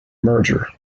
merger